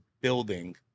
building